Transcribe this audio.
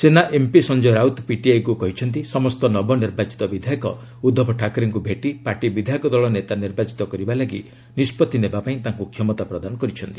ସେନା ଏମ୍ପି ସଞ୍ଜୟ ରାଉତ ପିଟିଆଇକୁ କହିଛନ୍ତି ସମସ୍ତ ନବନିର୍ବାଚିତ ବିଧାୟକ ଉଦ୍ଧବ ଠାକ୍ରେଙ୍କୁ ଭେଟି ପାର୍ଟି ବିଧାୟକ ଦଳ ନେତା ନିର୍ବାଚିତ କରିବା ଲାଗି ନିଷ୍ପଭି ନେବାକୁ ତାଙ୍କୁ କ୍ଷମତା ପ୍ରଦାନ କରିଛନ୍ତି